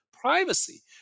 privacy